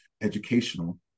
educational